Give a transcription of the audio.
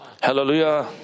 hallelujah